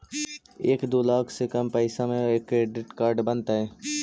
एक दू लाख से कम पैसा में क्रेडिट कार्ड बनतैय?